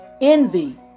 envy